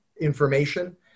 information